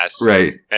Right